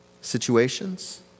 situations